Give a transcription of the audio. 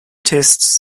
tests